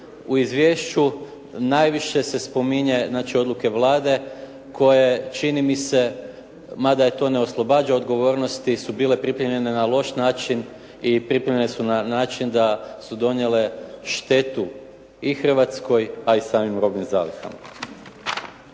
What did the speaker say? u Izvješću najviše se spominje, znači odluke Vlade koje čini mi se mada je to ne oslobađa odgovornosti su bile pripremljene na loš način i pripremljene su način da su donijele štetu i Hrvatskoj, a i samim robnim zalihama.